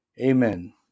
amen